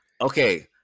Okay